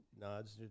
nods